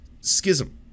schism